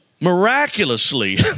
miraculously